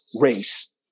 race